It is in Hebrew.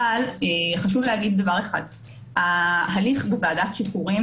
אבל חשוב לומר - ההליך בוועדת שחרורים,